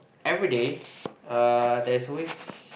everyday uh there's always